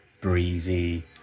breezy